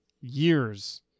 years